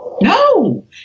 No